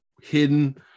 hidden